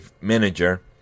manager